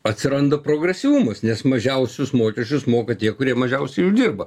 atsiranda progresyvumas nes mažiausius mokesčius moka tie kurie mažiausiai uždirba